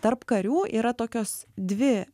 tarp karių yra tokios dvi